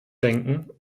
denken